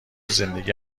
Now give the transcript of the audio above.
زندگی